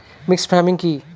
Mixed farming কি?